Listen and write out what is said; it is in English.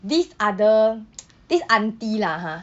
these other this auntie lah ha